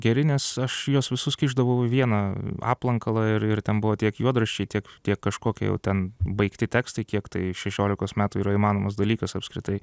geri nes aš juos visus kišdavau į vieną aplankalą ir ir ten buvo tiek juodraščiai tiek tiek kažkokie jau ten baigti tekstai kiek tai šešiolikos metų yra įmanomas dalykas apskritai